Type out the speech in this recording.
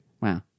Wow